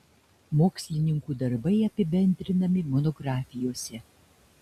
mokslininkų darbai apibendrinami monografijose